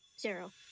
Zero